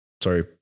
Sorry